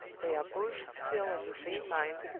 they are both still of the same mind,